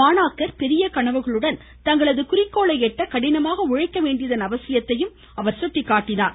மாணவர்கள் பெரிய கனவுகளுடன் தங்களது குறிக்கோளை எட்ட கடினமாக உழைக்க வேண்டியதன் அவசியத்தையும் அவர் சுட்டிக்காட்டினார்